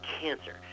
cancer